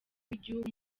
w’igihugu